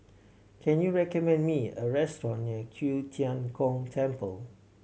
can you recommend me a restaurant near Q Tian Gong Temple